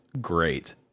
great